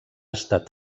estat